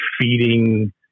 feeding